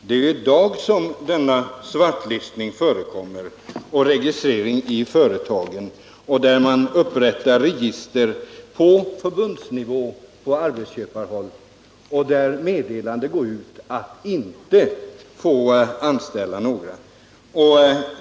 Det är i dag som registrering i företagen och svartlistning förekommer. Arbetsköpare upprättar register på förbundsnivå, och därifrån utgår meddelanden om att inga av de svartlistade skall få anställas.